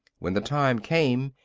when the time came,